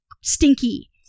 stinky